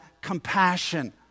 compassion